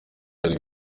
bari